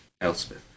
Elspeth